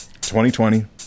2020